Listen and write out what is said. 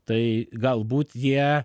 tai galbūt jie